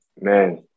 man